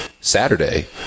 Saturday